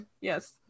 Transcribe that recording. Yes